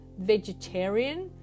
vegetarian